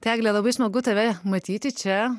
tai egle labai smagu tave matyti čia